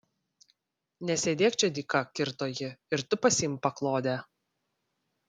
nesėdėk čia dyka kirto ji ir tu pasiimk paklodę